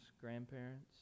grandparents